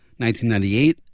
1998